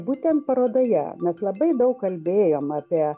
būtent parodoje mes labai daug kalbėjom apie